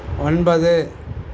ஒன்பது